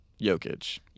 Jokic